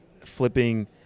flipping